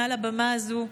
מעל הבמה הזו,